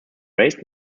raised